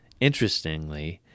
Interestingly